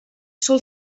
sol